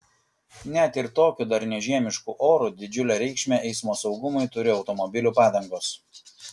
net ir tokiu dar ne žiemišku oru didžiulę reikšmę eismo saugumui turi automobilių padangos